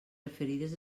referides